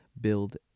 build